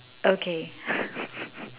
okay